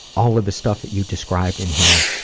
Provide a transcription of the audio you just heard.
all of the stuff that you described in here,